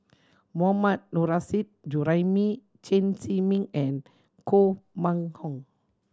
Mohammad Nurrasyid Juraimi Chen Zhiming and Koh Mun Hong